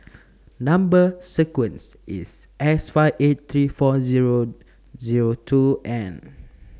Number sequence IS S five eight three four Zero Zero two N